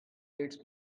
dates